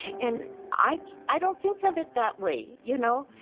and i i don't think of it that way, you know?